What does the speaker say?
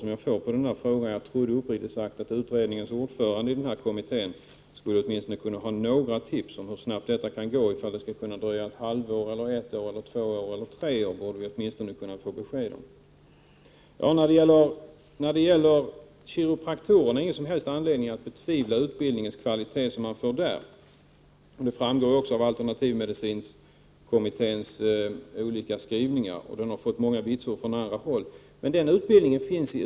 När det gäller den aktuella kommittén trodde jag, uppriktigt sagt, att utredningens ordförande åtminstone skulle kunna göra en antydan om hur snabbt arbetet kan gå. Det borde alltså gå att säga om det dröjer ett halvår eller om det rör sig om ett, två eller tre år. När det gäller kiropraktorerna finns det inte någon som helst anledning att betvivla kvaliteten på deras utbildning. Detta framgår också av alternativmedicinkommitténs olika skrivningar. Utbildningen har vitsordats även av andra. Kiropraktorutbildning ges i bl.a. USA.